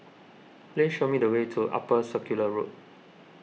please show me the way to Upper Circular Road